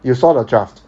you saw the draft